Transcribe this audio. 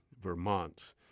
Vermont